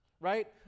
right